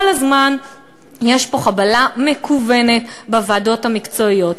כל הזמן יש פה חבלה מכוונת בוועדות המקצועיות.